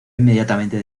inmediatamente